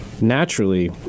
naturally